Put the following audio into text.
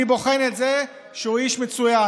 אני בוחן את זה שהוא איש מצוין,